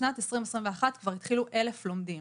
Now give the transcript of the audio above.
בשנת 2021 כבר התחילו 1,000 לומדים.